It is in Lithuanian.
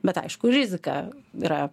bet aišku rizika yra